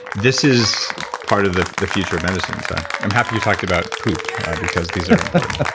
this is part of the the future of medicine, so i'm happy you talked about poop because these are important.